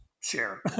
share